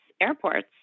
airports